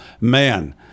man